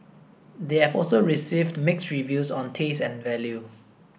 they have also received mixed reviews on taste and value